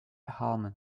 almond